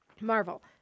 Marvel